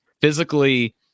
physically